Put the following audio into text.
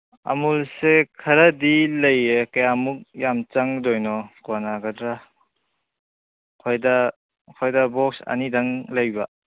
ꯑꯃꯨꯜꯁꯦ ꯈꯔꯗꯤ ꯂꯩꯌꯦ ꯀꯌꯥꯃꯨꯛ ꯌꯥꯝ ꯆꯪꯗꯣꯏꯅꯣ ꯀꯣꯅꯒꯗ꯭ꯔꯥ ꯑꯩꯈꯣꯏꯗ ꯑꯩꯈꯣꯏꯗ ꯕꯣꯛꯁ ꯑꯅꯤꯗꯪ ꯂꯩꯕ